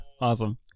Awesome